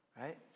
Right